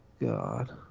God